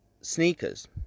sneakers